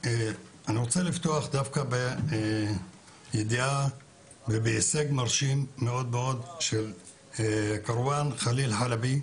אני רוצה לפתוח דווקא בידיעה ובהישג מרשים מאוד של כרואן חלבי,